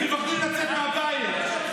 הם מפחדים לצאת מהבית,